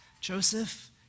Joseph